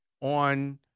on